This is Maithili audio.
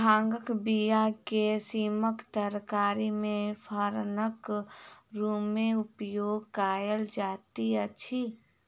भांगक बीया के सीमक तरकारी मे फोरनक रूमे उपयोग कयल जाइत अछि